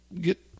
get